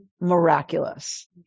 miraculous